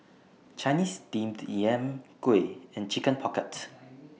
Chinese Steamed Yam Kuih and Chicken Pocket